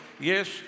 yes